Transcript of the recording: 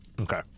Okay